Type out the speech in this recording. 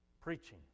preaching